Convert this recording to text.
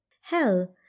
Hell